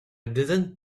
didn’t